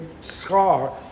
scar